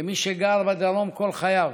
כמי שגר בדרום כל חייו,